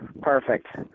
Perfect